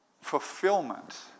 fulfillment